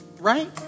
Right